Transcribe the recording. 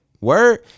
word